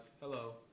hello